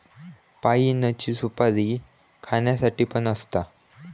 पाइनची सुपारी खाण्यासाठी पण असता